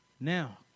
Now